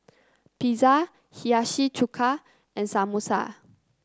Pizza Hiyashi Chuka and Samosa